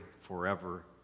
forever